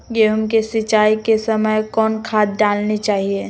गेंहू के सिंचाई के समय कौन खाद डालनी चाइये?